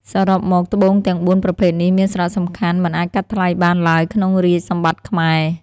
សរុបមក ត្បូងទាំងបួនប្រភេទនេះមានសារៈសំខាន់មិនអាចកាត់ថ្លៃបានឡើយក្នុងរាជសម្បត្តិខ្មែរ។